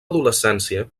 adolescència